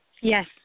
Yes